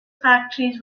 factories